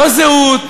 לא זהות,